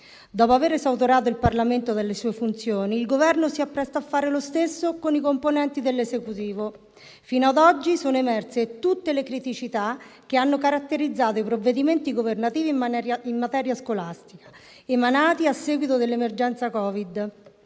Dopo aver esautorato il Parlamento delle sue funzioni, il Governo si appresta a fare lo stesso con i componenti dell'Esecutivo. Fino a oggi sono emerse tutte le criticità che hanno caratterizzato i provvedimenti governativi in materia scolastica emanati a seguito dell'emergenza Covid,